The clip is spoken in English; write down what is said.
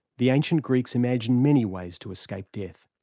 the ancient greeks imagined many ways to escape death.